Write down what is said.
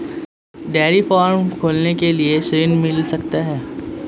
Dairy farm खोलने के लिए ऋण मिल सकता है?